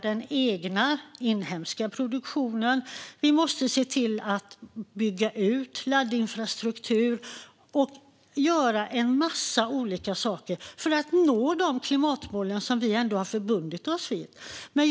Den egna, inhemska produktionen måste öka, och laddinfrastrukturen måste byggas ut. En massa olika saker behöver göras för att vi i Sverige ska nå de klimatmål vi har förbundit oss att nå.